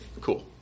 Cool